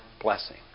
blessing